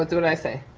it's when i say.